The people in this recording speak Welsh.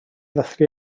ddathlu